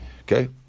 Okay